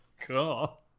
Cool